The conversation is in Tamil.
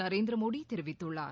நரேந்திரமோடி தெரிவித்துள்ளார்